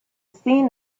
seen